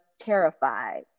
terrified